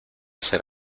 hacer